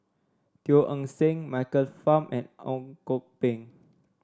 Teo Eng Seng Michael Fam and Ang Kok Peng